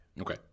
Okay